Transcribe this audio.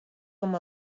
com